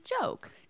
joke